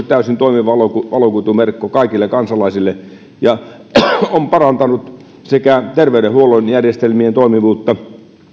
täysin toimiva valokuituverkko kaikille kansalaisille ja se on parantanut sekä terveydenhuollon järjestelmien toimivuutta